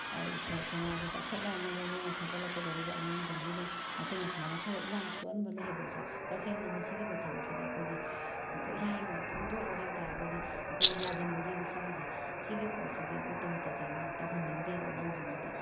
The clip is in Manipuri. ꯁꯃꯥꯖꯁꯦ ꯆꯥꯎꯈꯠꯍꯟꯅꯕ ꯃꯣꯏꯅ ꯁꯦꯝꯒꯠꯂꯛꯀꯗꯣꯔꯤꯕ ꯑꯉꯥꯡꯁꯤꯡꯁꯤꯗ ꯑꯩꯈꯣꯏꯅ ꯁꯨꯃꯥꯏꯅ ꯊꯕꯛ ꯏꯪꯈꯥꯡ ꯁꯨꯍꯟꯕ ꯂꯩꯕꯁꯦ ꯇꯁꯦꯡꯅ ꯃꯁꯤꯒꯨꯝꯕ ꯊꯕꯛꯁꯤꯗꯤ ꯑꯩꯈꯣꯏꯗꯤ ꯏꯁꯥꯒꯤ ꯃꯣꯠ ꯐꯣꯡꯗꯣꯛꯑꯣ ꯍꯥꯏ ꯇꯥꯔꯒꯗꯤ ꯑꯩꯈꯣꯏꯗꯤ ꯌꯥꯖꯅꯤꯡꯗꯦꯕ ꯁꯤꯒꯤꯁꯦ ꯁꯤꯒꯤ ꯄꯣꯠꯁꯤꯗꯤ ꯑꯩꯈꯣꯏ ꯇꯁꯦꯡꯅ ꯇꯧꯍꯟꯅꯤꯡꯗꯦꯕ ꯑꯉꯥꯡꯁꯤꯡꯁꯤꯗ